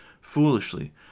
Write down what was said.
foolishly